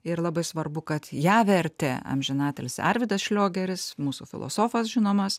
ir labai svarbu kad ją vertė amžinatilsį arvydas šliogeris mūsų filosofas žinomas